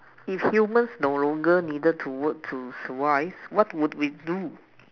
if humans no longer needed to work to survive what would we do